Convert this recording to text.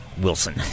Wilson